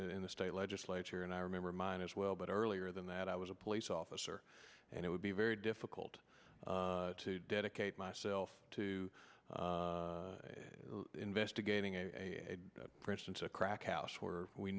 in the state legislature and i remember mine as well but earlier than that i was a police officer and it would be very difficult to dedicate myself to investigating a presence a crack house where we